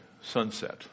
sunset